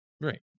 right